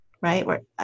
right